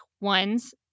one's